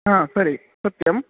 हा सरि सत्यं